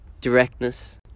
directness